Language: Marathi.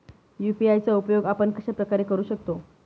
यू.पी.आय चा उपयोग आपण कशाप्रकारे करु शकतो?